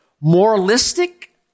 Moralistic